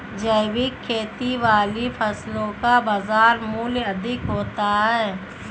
जैविक खेती वाली फसलों का बाजार मूल्य अधिक होता है